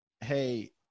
hey